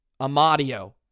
Amadio